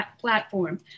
platform